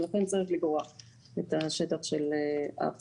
ואנחנו מבקשים לגרוע את השטח של האכסניה.